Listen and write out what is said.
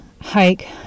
hike